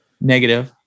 Negative